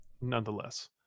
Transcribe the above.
Nonetheless